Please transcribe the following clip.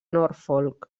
norfolk